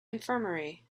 infirmary